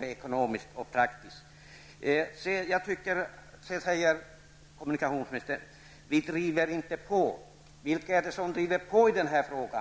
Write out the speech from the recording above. ekonomiskt och praktiskt är byggd på verkligheten. Vi driver inte på, säger kommunikationsministern. Vilka är det som driver på i den här frågan?